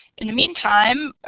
in the meantime,